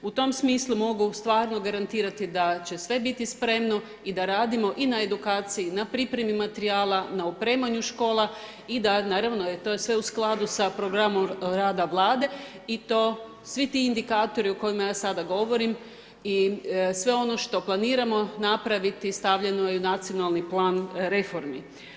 U tom smislu mogu stvarno garantirati da će sve biti spremno i da radimo i na edukaciji, na pripremi materijala, na opremanju škola i da naravno je to sve u skladu sa programom rada Vlade i to svi ti indikatori o kojima ja sada govorim i sve ono što planiramo napraviti stavljeno je u Nacionalni plan reformi.